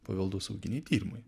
paveldosauginiai tyrimai